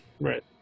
Right